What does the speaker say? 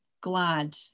glad